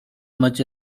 much